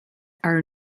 are